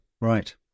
Right